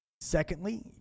Secondly